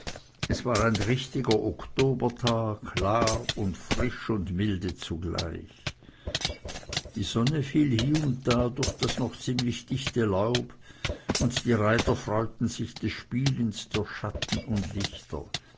es war ein richtiger oktobertag klar und frisch und milde zugleich die sonne fiel hie und da durch das noch ziemlich dichte laub und die reiter freuten sich des spieles der schatten und lichter